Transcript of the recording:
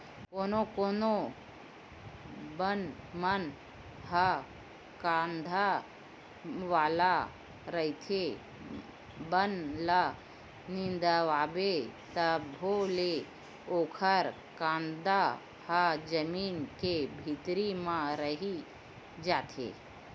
कोनो कोनो बन मन ह कांदा वाला रहिथे, बन ल निंदवाबे तभो ले ओखर कांदा ह जमीन के भीतरी म रहि जाथे